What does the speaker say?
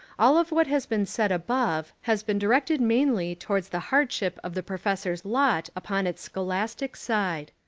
ah of what has been said above has been directed mainly towards the hardship of the professor's lot upon its scholastic side.